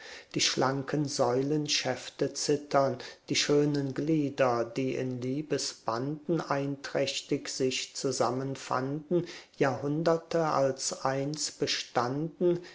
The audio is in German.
die schlanken säulenschäfte zittern die schönen glieder die in liebesbanden einträchtig sich zusammenfanden jahrhunderte als eins bestanden